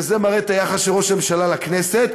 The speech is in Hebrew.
וזה מראה את היחס של ראש הממשלה לכנסת,